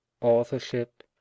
authorship